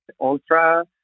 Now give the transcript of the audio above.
Ultra